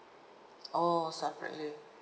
oh separately